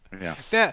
Yes